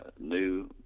new